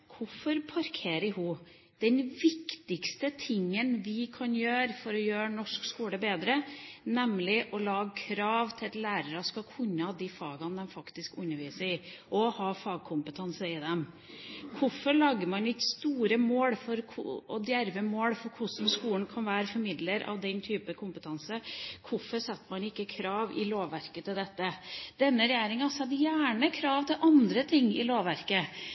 Hvorfor parkerer hun det viktigste vi kan gjøre for å få norsk skole bedre, nemlig å lage krav til at lærere skal kunne de fagene de faktisk underviser i, og ha fagkompetanse i dem? Hvorfor lager man ikke store og djerve mål for hvordan skolen kan være formidler av den type kompetanse? Hvorfor setter man ikke krav i lovverket til dette? Denne regjeringa setter gjerne krav til andre ting i lovverket.